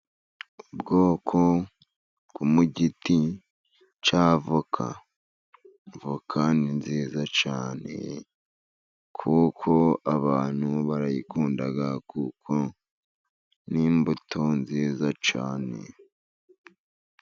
Ubwoko bwo mu giti cya voka. Voka ni nziza cyane kuko abantu barayikunda kuko ni imbuto nziza cyane.